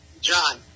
John